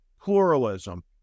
pluralism